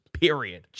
period